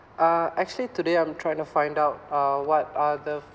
uh actually today I'm trying to find up um what are the